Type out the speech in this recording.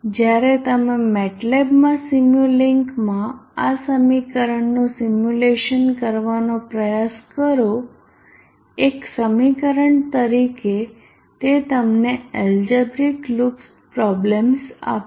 જ્યારે તમે MATLABમાં સિમ્યુલિંકમાં આ સમીકરણનું સિમ્યુલેશન કરવાનો પ્રયાસ કરો એક સમીકરણ તરીકે તે તમને એલ્જેબ્રિક લૂપ પ્રોબ્લેમ્સ આપશે